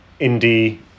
indie